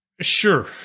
sure